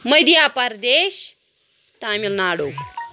Madhya Pradesh Tamil Nadu